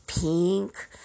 Pink